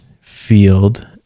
field